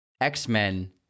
X-Men